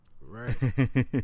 right